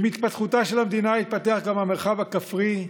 עם התפתחותה של המדינה התפתח גם המרחב הכפרי,